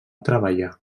treballar